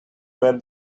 where